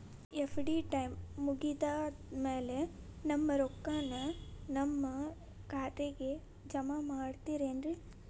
FD time ಮುಗಿದಾದ್ ಮ್ಯಾಲೆ ನಮ್ ರೊಕ್ಕಾನ ನಮ್ ಖಾತೆಗೆ ಜಮಾ ಮಾಡ್ತೇರೆನ್ರಿ?